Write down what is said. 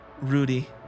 Rudy